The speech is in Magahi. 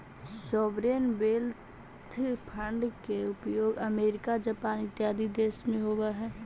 सॉवरेन वेल्थ फंड के उपयोग अमेरिका जापान इत्यादि देश में होवऽ हई